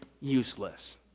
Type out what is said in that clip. useless